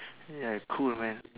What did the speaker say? ya cool man